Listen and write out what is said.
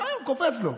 קופץ לו.